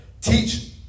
teach